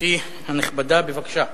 גברתי הנכבדה, בבקשה.